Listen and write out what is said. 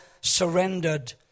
surrendered